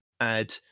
add